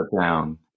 down